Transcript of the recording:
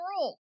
rule